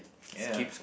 ya